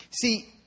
See